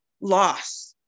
loss